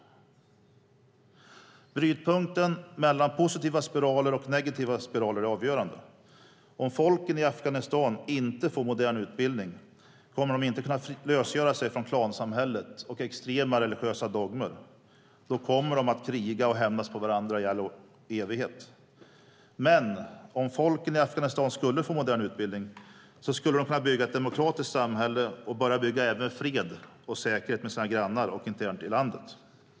Brytpunkten mellan positiva spiraler och negativa spiraler är avgörande. Om folken i Afghanistan inte får modern utbildning kommer de inte att kunna lösgöra sig från klansamhället och extrema religiösa dogmer. Då kommer de att kriga och hämnas på varandra i all evighet. Man om folken i Afghanistan skulle få modern utbildning skulle de kunna bygga ett demokratiskt samhälle och även börja bygga fred och säkerhet med sina grannar och internt i landet.